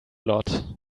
lot